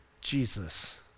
Jesus